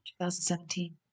2017